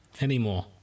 anymore